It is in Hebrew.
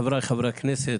חבריי חברי הכנסת,